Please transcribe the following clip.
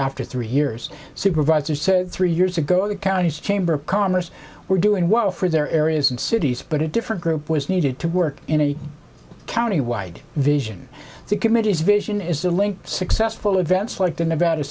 after three years supervisor said three years ago the county's chamber of commerce were doing well for their areas and cities but it different group was needed to work in a county wide vision the committees vision is the link successful events like the nevada